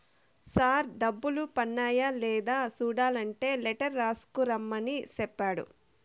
sir డబ్బులు పన్నాయ లేదా సూడలంటే లెటర్ రాసుకు రమ్మని సెప్పాడు